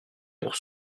pour